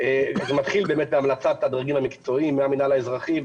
זה מתחיל באמת בהמלצת הדרגים המקצועיים מהמינהל האזרחי,